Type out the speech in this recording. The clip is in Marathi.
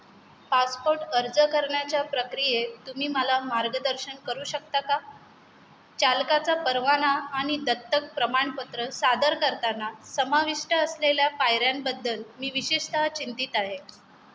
पासपोर्ट अर्ज करण्याच्या प्रक्रियेत तुम्ही मला मार्गदर्शन करू शकता का चालकाचा परवाना आणि दत्तक प्रमाणपत्र सादर करताना समाविष्ट असलेल्या पायऱ्यांबद्दल मी विशेषतः चिंतीत आहे